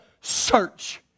search